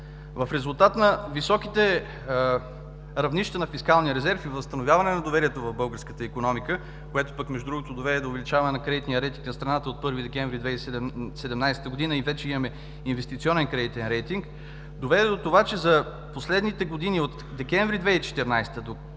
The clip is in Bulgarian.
В резултат на високите равнища на фискалния резерв и възстановяване на доверието в българската икономика, което доведе до увеличаване на кредитния рейтинг на страната от 1 декември 2017 г., и вече имаме инвестиционен кредитен рейтинг, за последните години от месец декември 2014 г. до